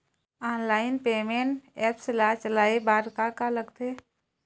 Online payment apps ला चलाए बार का का लगथे?